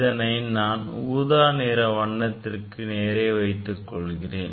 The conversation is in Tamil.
இதனை நான் ஊதா நிற வண்ணத்திற்கு நேரே குறித்துக் கொள்கிறேன்